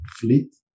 fleet